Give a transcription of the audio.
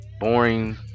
boring